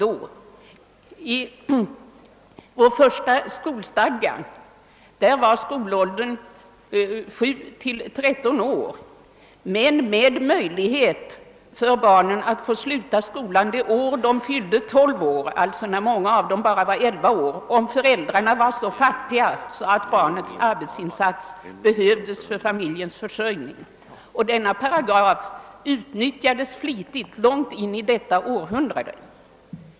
I vår första skolstadga sattes skolåldern till 7—13 år men med möjlighet för barnet att få sluta skolan det år det fyllde 12 år, d.v.s. när många av dem endast var 11 år, om föräldrarna var så fattiga att barnens arbetsinsats behövdes för familjens försörjning. Denna paragraf utnyttjades flitigt långt in i detta århundrade.